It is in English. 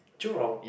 Jurong